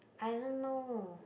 I don't know